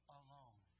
alone